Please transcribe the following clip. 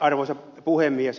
arvoisa puhemies